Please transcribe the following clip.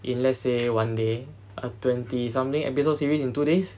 in lets say one day a twenty something episode series in two days